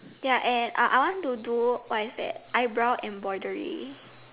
ya and I I want to do what is that eyebrow embroidery